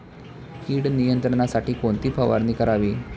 कीड नियंत्रणासाठी कोणती फवारणी करावी?